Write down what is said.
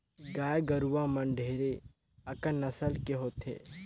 गाय गरुवा मन ढेरे अकन नसल के होथे